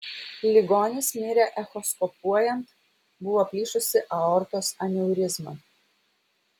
ligonis mirė echoskopuojant buvo plyšusi aortos aneurizma